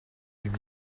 même